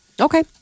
Okay